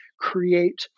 create